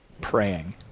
praying